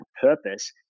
purpose